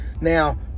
now